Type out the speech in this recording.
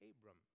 Abram